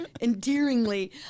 endearingly